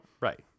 Right